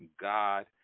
God